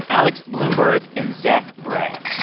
alex blumberg and zach braff.